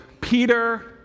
Peter